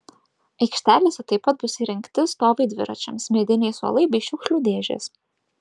aikštelėse taip pat bus įrengti stovai dviračiams mediniai suolai bei šiukšlių dėžės